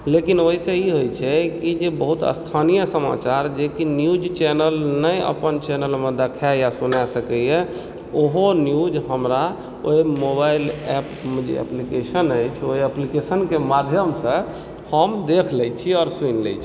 लेकिन ओहिसे ई होइ छै कि बहुत स्थानीय समाचार जेकि न्यूज चैनल नहि अपन चैनलमे देखाय या सुनाय सकैया ओहो न्यूज हमरा ओहि मोबाइल एप्प एप्लिकेशन अछि ओहि एप्लिकेशनके माध्यमसँ हम देख लै छी और सुनि लै छी